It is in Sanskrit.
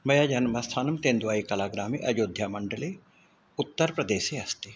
मया जन्मस्थानं तेन्द्वै कलाग्रामे अयोध्यामण्डले उत्तरप्रदेशे अस्ति